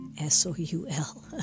S-O-U-L